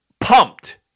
pumped